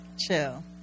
chill